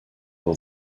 will